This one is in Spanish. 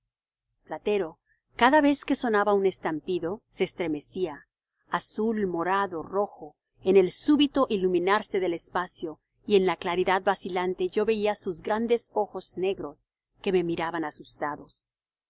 platero cada vez que sonaba un estampido se estremecía azul morado rojo en el súbito iluminarse del espacio y en la claridad vacilante yo veía sus grandes ojos negros que me miraban asustados